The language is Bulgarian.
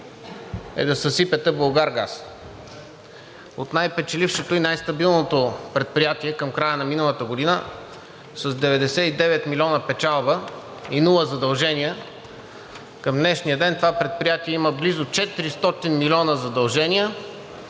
е да съсипете „Булгаргаз“. От най печелившото и най-стабилното предприятие към края на миналата година с 99 милиона печалба и нула задължения към днешния ден това предприятие има близо 400 милиона задължения,